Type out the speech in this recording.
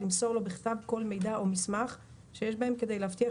למסור לו בכתב כל מידע או מסמך שיש בהם כדי להבטיח